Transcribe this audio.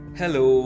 Hello